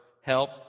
help